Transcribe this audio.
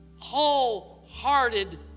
wholehearted